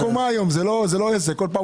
הוא פה בקומה, זה לא עסק, כל פעם הוא מגיע.